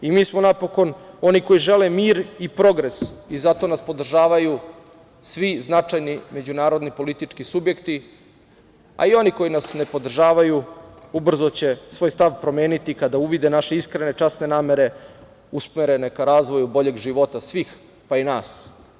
Mi smo napokon oni koji žele mir i progres i zato nas podržavaju svi značajni međunarodni politički subjekti, a i oni koji nas ne podržavaju ubrzo će svoj stav promeniti kada uvide naše iskrene i časne namere usmerene ka razvoju boljeg života svih, pa i nas.